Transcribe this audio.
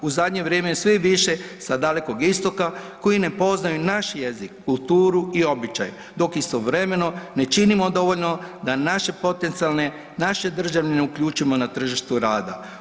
U zadnje vrijeme sve je više sa Dalekog istoka koji ne poznaju naš jezik, kulturu i običaj dok istovremeno ne činimo dovoljno da naše potencijalne, naše državljane uključimo na tržište rada.